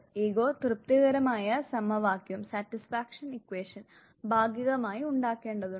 ego തൃപ്തികരമായ സമവാക്യവും ഭാഗികമായി ഉണ്ടാക്കേണ്ടതുണ്ട്